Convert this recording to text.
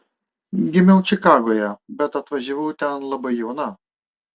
gimiau čikagoje bet atvažiavau ten labai jauna